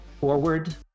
forward